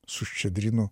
su ščedrinu